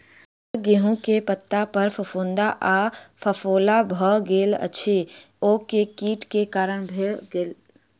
हम्मर गेंहूँ केँ पत्ता पर फफूंद आ फफोला भऽ गेल अछि, ओ केँ कीट केँ कारण भेल अछि?